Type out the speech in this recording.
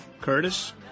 Curtis